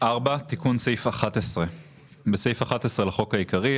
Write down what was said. תיקון סעיף 11 4. בסעיף 11 לחוק העיקרי,